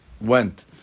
went